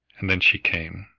and then she came.